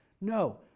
No